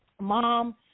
Mom